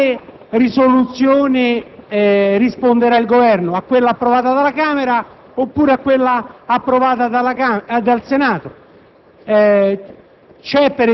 a quale risoluzione risponderà il Governo, a quella approvata dalla Camera oppure a quella approvata dal Senato?